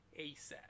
ASAP